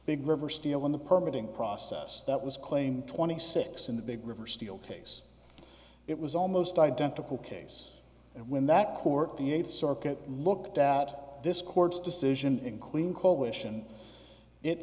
big river steel in the permuting process that was claimed twenty six in the big river steel case it was almost identical case and when that court the eighth circuit looked at this court's decision in queen coalition it